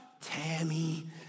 Tammy